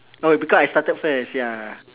oh because I started first ya